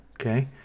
Okay